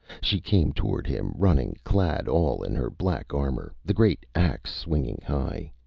she came toward him, running, clad all in her black armor, the great axe swinging high.